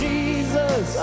Jesus